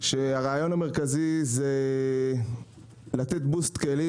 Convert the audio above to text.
כשהרעיון המרכזי הוא לתת בוסט של כלים,